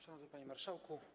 Szanowny Panie Marszałku!